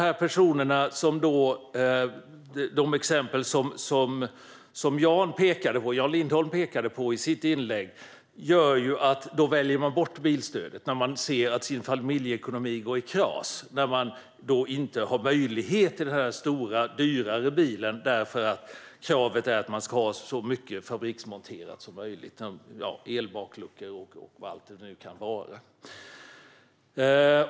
De personer och exempel som Jan Lindholm pekade på i sitt inlägg visar att man väljer bort bilstödet när man ser att familjeekonomin går i kras och att man inte har möjlighet att ha den stora och dyrare bilen därför att kravet är att man ska ha så mycket fabriksmonterat som möjligt - elbakluckor och allt vad det nu kan vara.